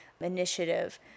initiative